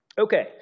Okay